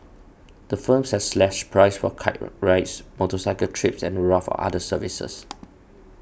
the firms have slashed prices for car rides motorcycle trips and a raft of other services